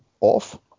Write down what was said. off